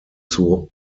zur